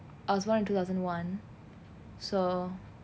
I was born in two thousand one so